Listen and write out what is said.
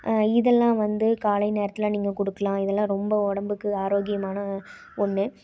இதெல்லாம் வந்து காலை நேரத்தில் நீங்கள் குடுக்கலாம் இதெல்லாம் ரொம்ப உடம்புக்கு ஆரோக்கியமான ஒன்று